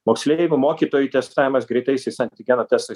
moksleivių mokytojų testavimas greitaisiais antigeno testais